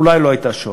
אולי לא הייתה שואה,